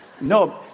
No